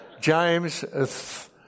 James